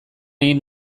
egin